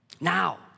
Now